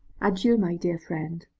adieu, my dear friend!